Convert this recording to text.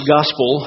Gospel